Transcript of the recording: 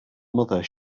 mother